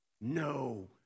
No